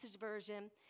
version